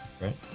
right